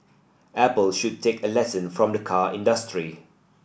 Apple should take a lesson from the car industry